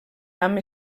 amb